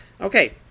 Okay